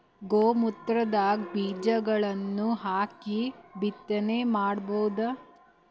ಗೋ ಮೂತ್ರದಾಗ ಬೀಜಗಳನ್ನು ಹಾಕಿ ಬಿತ್ತನೆ ಮಾಡಬೋದ?